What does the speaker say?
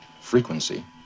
frequency